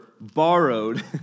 borrowed